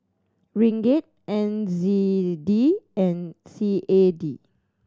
Ringgit N Z D and C A D